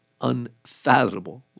unfathomable